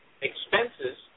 expenses